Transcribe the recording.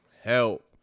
help